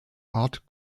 art